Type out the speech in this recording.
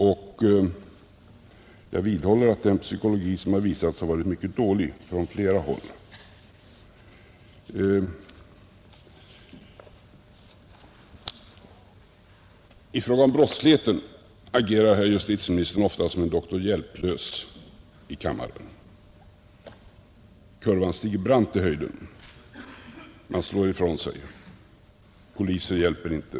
Och jag vidhåller att den psykologi som visats har varit mycket dålig från flera håll. I fråga om brottsligheten agerar herr justitieministern ofta som en doktor Hjälplös i kammaren, Kurvan stiger brant i höjden — man slår ifrån sig och säger: Poliser hjälper inte.